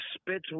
spits